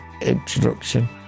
introduction